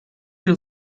yıl